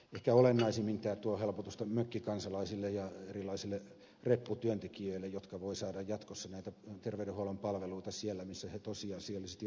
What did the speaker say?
ehkä olennaisimmin tämä tuo helpotusta mökkikansalaisille ja erilaisille repputyöntekijöille jotka voivat saada jatkossa näitä terveydenhuollon palveluita siellä missä he tosiasiallisesti aikaa viettävät